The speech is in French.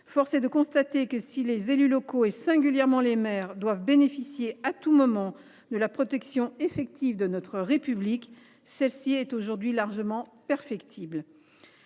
Force est de constater que, si les élus locaux, singulièrement les maires, doivent bénéficier à tout moment de la protection effective de notre République, celle ci est aujourd’hui largement perfectible.